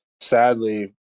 sadly